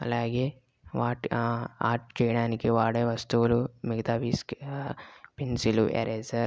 అలాగే వాటి ఆర్ట్ చేయడానికి వాడే వస్తువులు మిగతావి స్కేల్ పెన్సిల్ ఎరేజర్